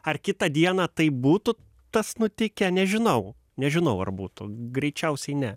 ar kitą dieną tai būtų tas nutikę nežinau nežinau ar būtų greičiausiai ne